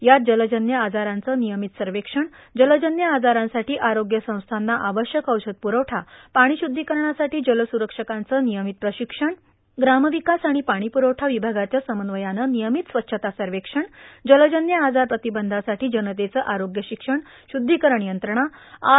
यात जलजन्य आजाराचं नियमित सर्वेक्षण जलजन्य आजारासाठी आरोग्य संस्थांना आवश्यक औषध पुरवठा पाणी शुद्धीकरणासाठी जलसुरक्षकांचे नियमित प्रशिक्षण ग्रामविकास आणि पाणीप्रवठा विभागाच्या समन्वयानं नियमित स्वच्छता सर्वेक्षण जलजन्य आजार प्रतिबंधासाठी जनतेचे आरोग्य शिक्षण शुद्धीकरण यंत्रणा आर